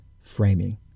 framing